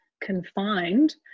confined